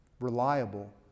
reliable